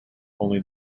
only